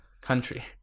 country